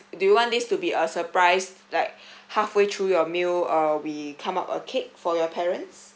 do you want this to be a surprise like halfway through your meal uh we come up a cake for your parents